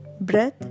breath